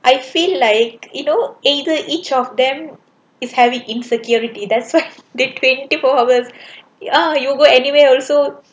I feel like you know either each of them is having insecurity that why they twenty four hour ya you go anywhere also